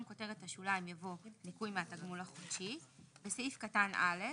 כותרת השוליים יבוא "ניכוי מהתגמול החודשי"; בסעיף קטן (א)